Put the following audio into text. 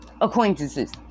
acquaintances